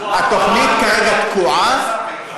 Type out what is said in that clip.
התוכנית כרגע תקועה.